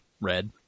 Red